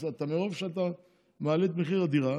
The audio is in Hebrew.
אז מרוב שאתה מעלה את מחיר הדירה